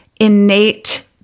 innate